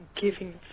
giving